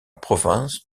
province